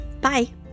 Bye